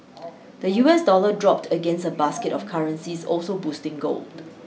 the U S dollar dropped against a basket of currencies also boosting gold